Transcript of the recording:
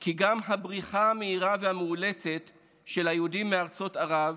כי גם הבריחה המהירה והמאולצת של היהודים מארצות ערב